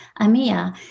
AMIA